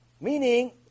Meaning